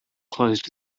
closed